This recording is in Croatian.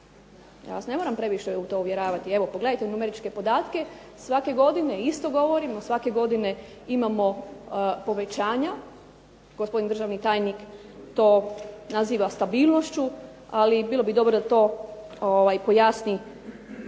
Ja vas ne moram previše u to uvjeravati. Evo, pogledajte u numeričke podatke. Svake godine isto govorimo, svake godine imamo povećanja. Gospodin državni tajnik to naziva stabilnošću, ali bilo bi dobro da to pojasni